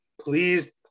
Please